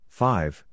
five